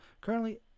Currently